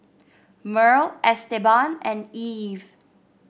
Merl Esteban and Eve